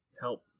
help